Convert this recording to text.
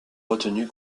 retenu